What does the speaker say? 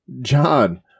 John